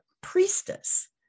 priestess